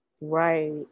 Right